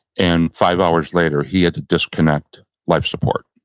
and five hours later, he had to disconnect life support